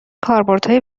کاربردهای